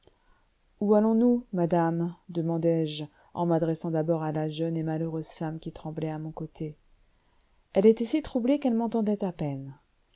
où allons-nous madame demandai-je en m'adressant d'abord à la jeune et malheureuse femme qui tremblait à mon côté elle était si troublée qu'elle m'entendait à peine